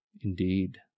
Indeed